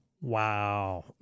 Wow